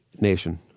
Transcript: nation